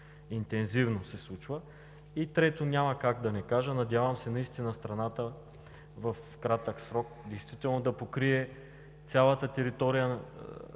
интензивно се случва? И трето, няма как да не кажа, надявам се наистина в кратък срок действително да се покрие цялата територия